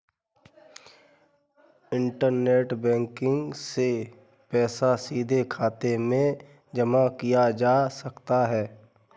internet banking से पैसा सीधे खाते में जमा किया जा सकता है